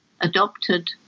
adopted